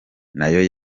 nayo